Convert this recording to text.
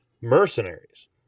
mercenaries